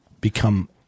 become